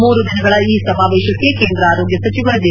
ಮೂರು ದಿನಗಳ ಈ ಸಮಾವೇಶಕ್ಕೆ ಕೇಂದ್ರ ಆರೋಗ್ಯ ಸಚಿವ ಜೆ